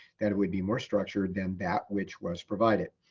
that it would be more structured than that which was provided.